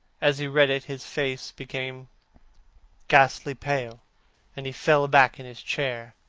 as he read it, his face became ghastly pale and he fell back in his chair.